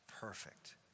Perfect